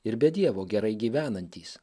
ir be dievo gerai gyvenantys